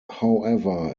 however